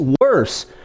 worse